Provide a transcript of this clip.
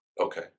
Okay